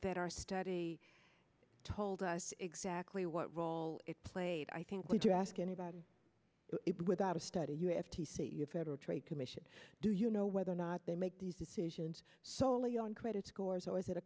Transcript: that our study told us exactly what role it played i think we do ask anybody without a study you f t c the federal trade commission do you know whether or not they make these decisions solely on credit scores